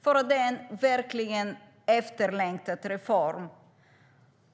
Det är verkligen en efterlängtad reform.